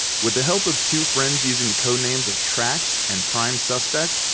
with the help of two friends using the codenames of trax and prime suspect,